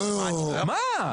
מה?